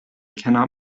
cannot